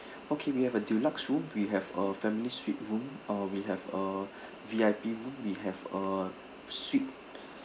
okay we have a deluxe room we have a family suite room uh we have a V_I_P room we have a suite